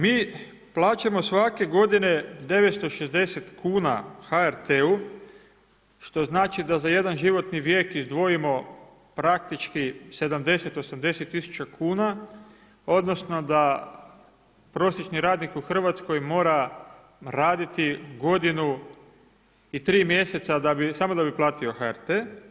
Mi plaćamo svake godine 960 kn HRT-u što znači da za jedan životni vijek izdvojimo praktički 70-80 tisuća kuna, odnosno, da prosječni radnih u Hrvatskoj mora raditi godinu i tri mjeseca, samo da bi platio HRT.